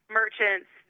merchants